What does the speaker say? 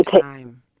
time